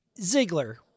Ziegler